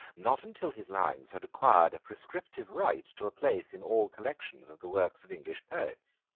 not until his lines had acquired a prescriptive right to a place in all collections of the works of english poets.